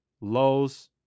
lows